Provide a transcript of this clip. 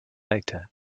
later